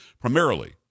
primarily